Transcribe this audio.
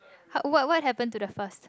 uh what what happened to the first